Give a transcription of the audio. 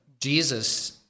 Jesus